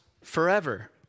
forever